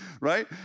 right